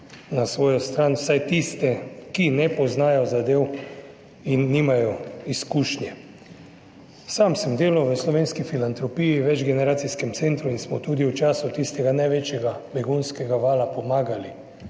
na svojo stran, vsaj tiste, ki ne poznajo zadev in nimajo izkušnje. Sam sem delal v Slovenski filantropiji, več generacijskem centru in smo tudi v času tistega največjega begunskega vala pomagali